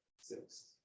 six